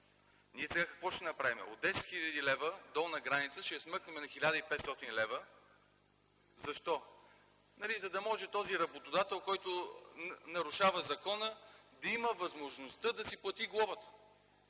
Ние какво ще направим сега? От 10 000 лв. долна граница ще я смъкнем на 1500 лв. Защо? За да може този работодател, който нарушава закона, да има възможността да си плати глобата.